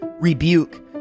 rebuke